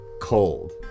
cold